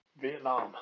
Vietnam